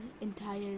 entire